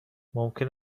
ممکن